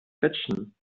quetschen